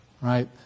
right